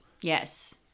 Yes